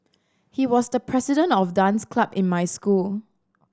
he was the president of dance club in my school